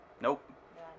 Nope